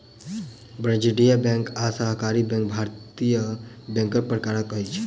वाणिज्य बैंक आ सहकारी बैंक भारतीय बैंकक प्रकार अछि